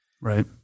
right